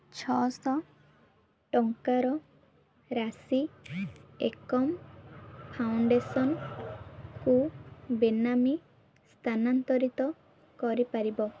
ଛଅଶହ ଟଙ୍କାର ରାଶି ଏକମ୍ ଫାଉଣ୍ଡେସନ୍କୁ ବେନାମୀ ସ୍ଥାନାନ୍ତରିତ କରିପାରିବ